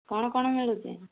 କ'ଣ କ'ଣ ମିଳୁଛି